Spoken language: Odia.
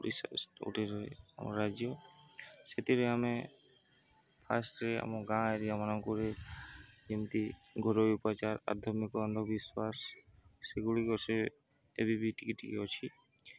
ଓଡ଼ିଶା ଗୋଟେ ଆମ ରାଜ୍ୟ ସେଥିରେ ଆମେ ଫାଷ୍ଟରେ ଆମ ଗାଁ ଏରିଆମାନଙ୍କରେ ଯେମିତି ଘରୋଇ ଉପଚାର ଆଧ୍ୟାତ୍ମିକ ଅନ୍ଧବିଶ୍ୱାସ ସେଗୁଡ଼ିକ ସେ ଏବେ ବିି ଟିକେ ଟିକେ ଅଛି